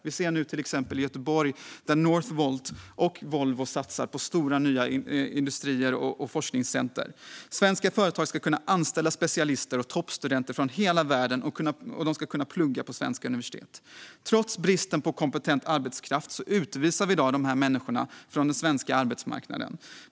Vi ser nu till exempel i Göteborg att Northvolt och Volvo satsar på stora, nya industrier och forskningscenter. Svenska företag ska kunna anställa specialister och toppstudenter från hela världen, och de ska kunna plugga på svenska universitet. Trots bristen på kompetent arbetskraft utvisar vi i dag de här människorna från den svenska arbetsmarknaden.